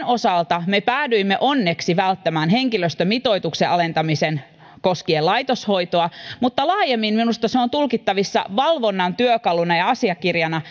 osalta me päädyimme onneksi välttämään henkilöstömitoituksen alentamisen koskien laitoshoitoa mutta laajemmin minusta se on tulkittavissa valvonnan työkaluna ja asiakirjana